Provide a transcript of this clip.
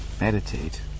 meditate